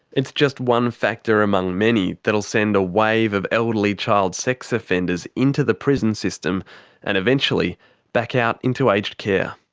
it's just one factor among many that'll send a wave of elderly child sex offenders into the prison system and eventually back out into aged care.